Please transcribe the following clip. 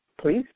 please